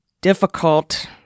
difficult